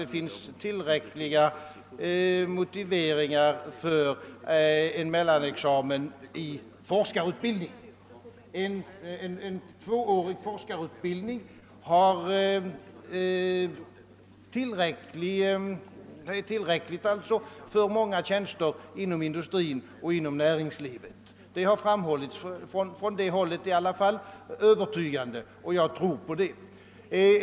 Det finns tillräckliga motiv för en mellanexamen i forskarutbildningen. En tvåårig forskarutbildning är tillräcklig för många tjänster inom industrin och näringslivet. Det har övertygande framhållits från det hållet, och jag tror på det.